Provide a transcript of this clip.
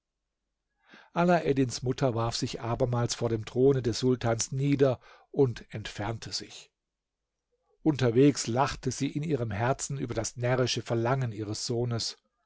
alaeddins mutter warf sich abermals vor dem throne des sultans nieder und entfernte sich unterwegs lachte sie in ihrem herzen über das närrische verlangen ihres sohnes